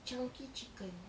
chunky chicken